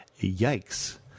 Yikes